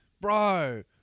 bro